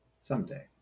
Someday